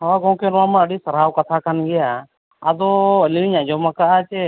ᱦᱮᱸ ᱜᱚᱢᱠᱮ ᱱᱚᱣᱟᱢᱟ ᱟᱹᱰᱤ ᱥᱟᱨᱦᱟᱣ ᱠᱟᱛᱷᱟ ᱠᱟᱱ ᱜᱮᱭᱟ ᱟᱫᱚ ᱟᱹᱞᱤᱧᱤᱧ ᱟᱸᱡᱚᱢ ᱠᱟᱜᱼᱟ ᱡᱮ